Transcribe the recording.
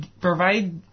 provide